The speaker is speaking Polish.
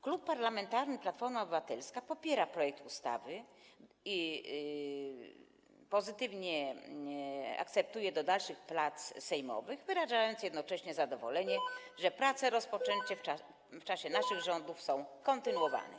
Klub Parlamentarny Platforma Obywatelska popiera projekt ustawy i akceptuje skierowanie go do dalszych prac sejmowych, wyrażając jednocześnie zadowolenie, że prace rozpoczęte w czasie naszych rządów są kontynuowane.